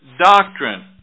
doctrine